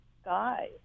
sky